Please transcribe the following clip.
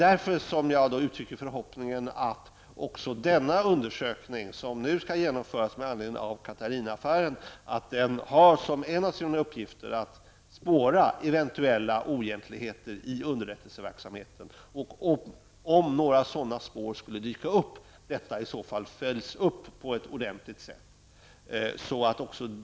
Därför uttrycker jag förhoppningen att också denna undersökning som nu skall genomföras med anledning av Catalina-affären har som en av sina uppgifter att spåra eventuella oegentligheter i underrättelseverksamheten. Om några sådana spår skulle dyka upp måste detta följas upp på ett ordentligt sätt.